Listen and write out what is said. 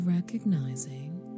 Recognizing